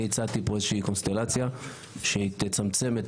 אני הצעתי פה איזושהי קונסטלציה שתצמצם את